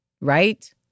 right